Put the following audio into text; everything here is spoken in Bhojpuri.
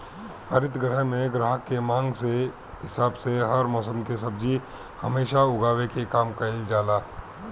हरित गृह में ग्राहक के मांग के हिसाब से हर मौसम के सब्जी हमेशा उगावे के काम कईल जाला